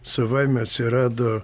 savaime atsirado